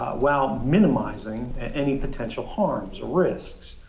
while minimizing any potential harms or risks,